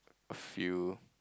a few